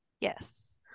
Yes